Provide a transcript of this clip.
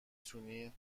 تونی